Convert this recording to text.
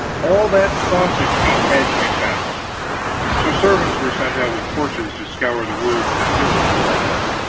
all that sausage-meat had to be found so servants were sent out with torches to scour the woods and hills to that end.